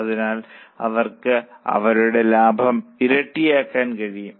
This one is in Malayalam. അതിനാൽ അവർക്ക് അവരുടെ ലാഭം ഇരട്ടിയാക്കാൻ കഴിയും